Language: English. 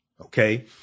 Okay